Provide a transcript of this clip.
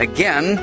Again